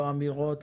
לא אמירות,